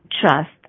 trust